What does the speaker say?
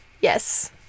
Yes